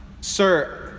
Sir